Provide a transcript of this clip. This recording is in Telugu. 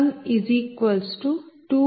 Pg1 218